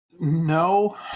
No